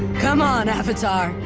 come on, avatar.